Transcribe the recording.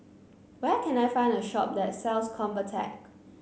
where can I find a shop that sells Convatec